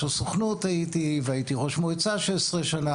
הסוכנות היהודית הייתי והייתי ראש מועצה במשך 16 שנה,